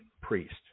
priest